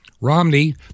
Romney